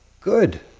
Good